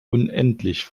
unendlich